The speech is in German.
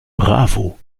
bravo